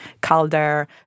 Calder